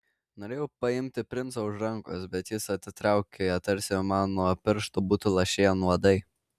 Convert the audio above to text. norėjau paimti princą už rankos bet jis atitraukė ją tarsi man nuo pirštų būtų lašėję nuodai